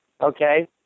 okay